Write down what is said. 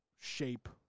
shape